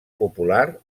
popular